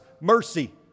mercy